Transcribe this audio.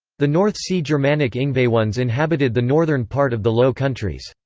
the north sea germanic ingvaeones inhabited the northern part of the low countries.